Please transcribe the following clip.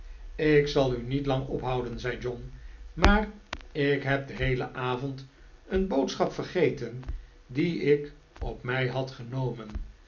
ik zal u niet lang ophouden zei john maar ik heb den heelen avond een boodschap vergeten die ik op mij had genomen